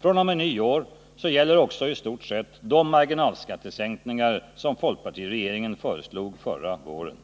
fr.o.m. nyår gäller också i stort sett de marginalskattesänkningar som folkpartiregeringen föreslog förra våren.